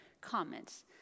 comments